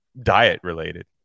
diet-related